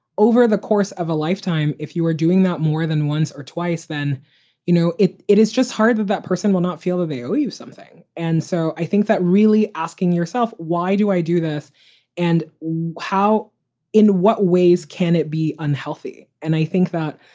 over the course of a lifetime. if you are doing that more than once or twice, then you know, it it is just hard that that person will not feel the value of something. and so i think that really asking yourself, why do i do this and how in what ways can it be unhealthy? and i think that,